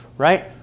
Right